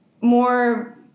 more